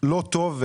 לא טוב,